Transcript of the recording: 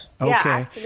okay